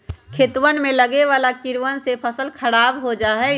खेतवन में लगवे वाला कीड़वन से फसल खराब हो जाहई